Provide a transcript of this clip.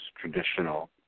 traditional